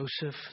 Joseph